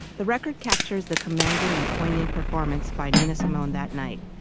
the record captures the commanding and poignant performance by nina simone that night.